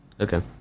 Okay